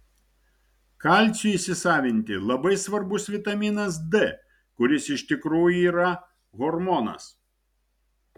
kalciui įsisavinti labai svarbus vitaminas d kuris iš tikrųjų yra hormonas